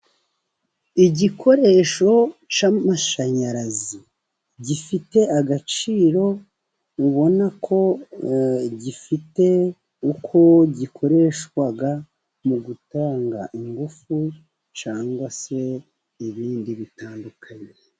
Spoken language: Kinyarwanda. Igikoresho cy'amashanyarazi gifite agaciro ,ubona ko gifite uko gikoreshwa mu gutanga ingufu cyangwa se ibindi bitandukanye.